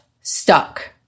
stuck